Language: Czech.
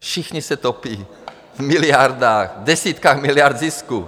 Všichni se topí v miliardách, desítkách miliard zisku.